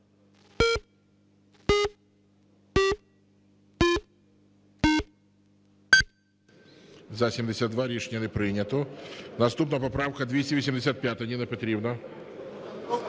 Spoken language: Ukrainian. За-72 Рішення не прийнято. Наступна поправка 285. Ніна Петрівна.